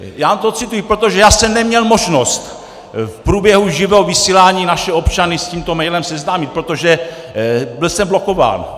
Já vám to ocituji, protože já jsem neměl možnost v průběhu živého vysílání naše občany s tímto mailem seznámit, protože byl jsem blokován.